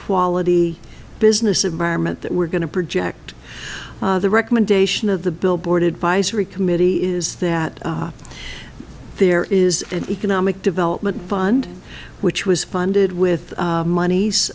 quality business environment that we're going to project the recommendation of the billboard advisory committee is that there is an economic development fund which was funded with